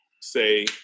say